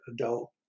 adult